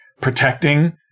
protecting